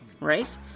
right